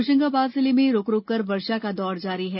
होशंगाबाद जिले में रूक रूककर वर्षा का दौर जारी है